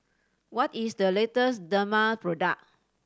what is the latest Dermale product